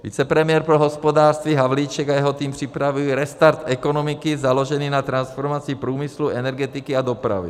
Vicepremiér pro hospodářství Havlíček a jeho tým připravují restart ekonomiky založený na transformaci průmyslu, energetiky a dopravy.